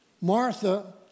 Martha